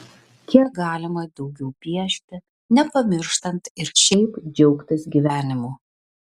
kiek galima daugiau piešti nepamirštant ir šiaip džiaugtis gyvenimu